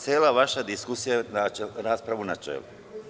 Cela vaša diskusija je rasprava u načelu.